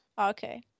Okay